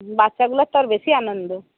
বাচ্চাগুলার তো আর বেশি আনন্দ